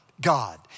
God